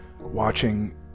watching